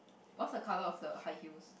what's the color of the high heels